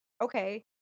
okay